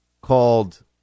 called